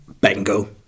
Bingo